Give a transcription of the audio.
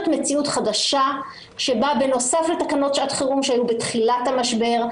מציאות חדשה שבה בנוסף לתקנות שעת חירום שהיו בתחילת המשבר,